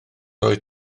oedd